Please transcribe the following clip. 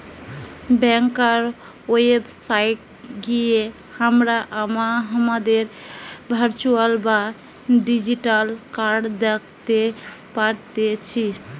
ব্যাংকার website গিয়ে হামরা হামাদের ভার্চুয়াল বা ডিজিটাল কার্ড দ্যাখতে পারতেছি